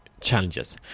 challenges